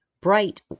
bright